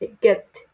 get